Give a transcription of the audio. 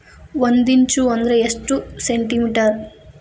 ಒಂದಿಂಚು ಅಂದ್ರ ಎಷ್ಟು ಸೆಂಟಿಮೇಟರ್?